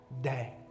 day